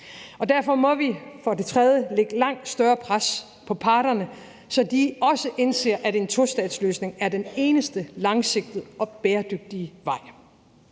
Derfor må vi for det tredje lægge langt større pres på parterne, så de også indser, at en tostatsløsning er den eneste langsigtede og bæredygtige vej.